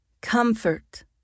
Comfort